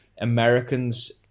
americans